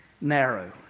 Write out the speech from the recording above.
narrow